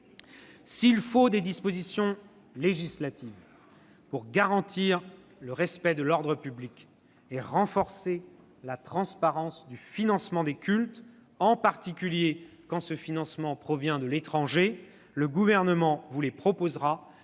S'il faut des dispositions législatives pour garantir le respect de l'ordre public et renforcer la transparence du financement des cultes, en particulier quand ce financement est étranger, le Gouvernement vous les proposera,